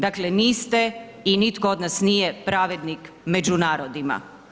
Dakle, niste i nitko od nas nije „pravednik među narodima“